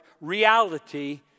reality